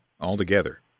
altogether